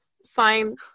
fine